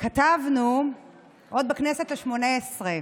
כתבנו עוד בכנסת השמונה-עשרה,